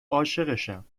عاشقشم